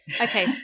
Okay